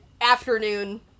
afternoon